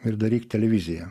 ir daryk televiziją